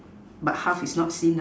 but half is not seen